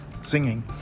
Singing